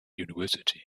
university